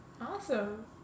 awesome